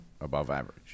above-average